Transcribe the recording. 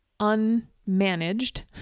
unmanaged